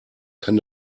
kann